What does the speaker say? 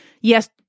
yes